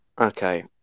Okay